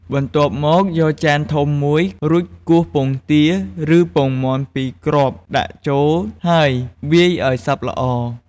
បន្ទាប់មក យកចានធំមួយ រួចគោះ ពងទា ឬពងមាន់ ២ គ្រាប់ ដាក់ចូល ហើយវាយឱ្យសព្វល្អ។